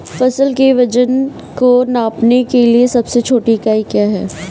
फसल के वजन को नापने के लिए सबसे छोटी इकाई क्या है?